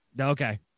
Okay